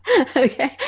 Okay